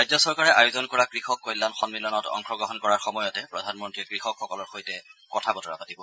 ৰাজ্য চৰকাৰে আয়োজন কৰা কৃষক কল্যাণ সমিলনত অংশগ্ৰহণ কৰাৰ সময়তে প্ৰধানমন্ৰীয়ে কৃষকসকলৰ সৈতে কথা বতৰা পাতিব